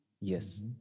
Yes